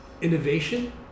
innovation